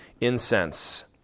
incense